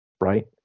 right